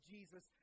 Jesus